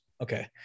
Okay